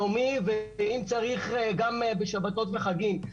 יומי ואם צריך גם בשבתות וחגים,